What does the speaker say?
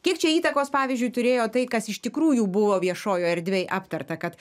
kiek čia įtakos pavyzdžiui turėjo tai kas iš tikrųjų buvo viešojoj erdvėj aptarta kad